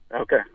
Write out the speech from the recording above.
Okay